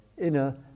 inner